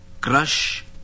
Crush